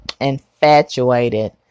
infatuated